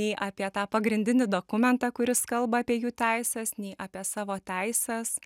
nei apie tą pagrindinį dokumentą kuris kalba apie jų teises nei apie savo teises